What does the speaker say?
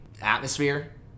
atmosphere